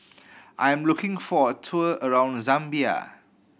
I'm looking for a tour around Zambia